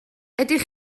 ydych